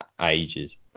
ages